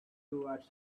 toward